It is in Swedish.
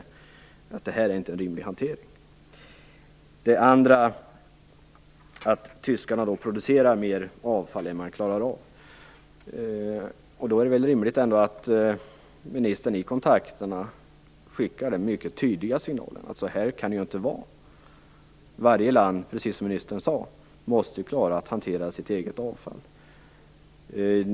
Jag vill också ta upp detta med att tyskarna producerar mer avfall än vad man klarar av. Det är väl rimligt att ministern i kontakterna skickar mycket tydliga signaler; så här kan det inte vara. Precis som ministern sade, måste varje land klara av att hantera sitt eget avfall.